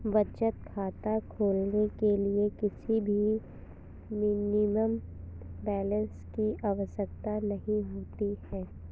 बचत खाता खोलने के लिए किसी भी मिनिमम बैलेंस की आवश्यकता नहीं होती है